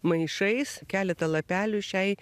maišais keletą lapelių šiai